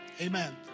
Amen